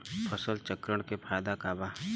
फसल चक्रण के फायदा का बा?